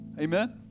Amen